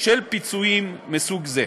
של פיצויים מסוג זה.